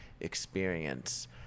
experience